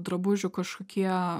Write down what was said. drabužių kažkokie